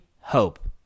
hope